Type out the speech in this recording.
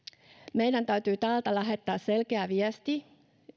meidän täytyy täältä lähettää selkeä viesti